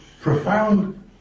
profound